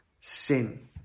sin